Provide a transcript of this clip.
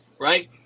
Right